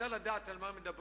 אז צריך לדעת על מה מדברים,